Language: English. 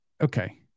Okay